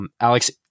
Alex